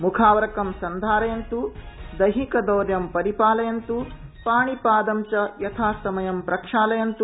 म्खावरकं सन्धारयन्त् दैहिक दौर्यम् परिपालयन्तु पाणिपादं च यथासमयं प्रक्षालयन्त्